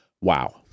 wow